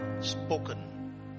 spoken